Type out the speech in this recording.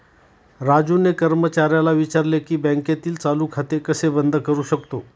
राजूने कर्मचाऱ्याला विचारले की बँकेतील चालू खाते कसे बंद करू शकतो?